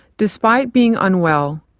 despite being unwell,